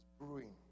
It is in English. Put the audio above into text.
brewing